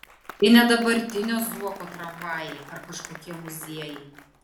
tai ne dabartinio zuoko tramvajai ar kažkokie muziejai